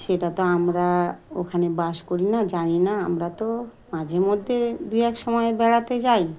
সেটা তো আমরা ওখানে বাস করি না জানি না আমরা তো মাঝে মধ্যে দু এক সময় বেড়াতে যাই